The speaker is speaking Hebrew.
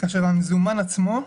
כאשר המזומן עצמו,